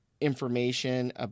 information